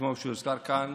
כמו שהוזכר כאן,